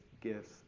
gifts